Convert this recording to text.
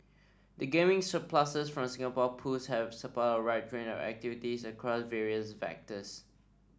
the gaming surpluses from Singapore Pools have supported a wide range of activities across various sectors